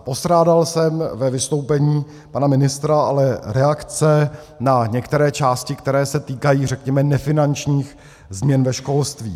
Postrádal jsem ale ve vystoupení pana ministra reakce na některé části, které se týkají nefinančních změn ve školství.